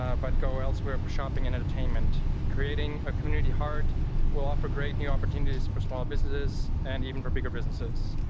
ah but go elsewhere for shopping and entertainment, creating a community heart will offer reat new opportunities for small businesses and even for bigger businesses.